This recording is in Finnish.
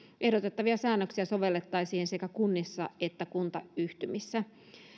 ehdotettavia säännöksiä sovellettaisiin sekä kunnissa että kuntayhtymissä